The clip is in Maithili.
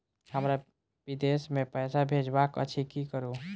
हमरा विदेश मे पैसा भेजबाक अछि की करू?